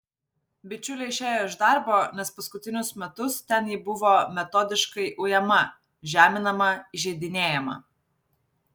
bičiulė išėjo iš darbo nes paskutinius metus ten ji buvo metodiškai ujama žeminama įžeidinėjama